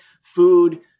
food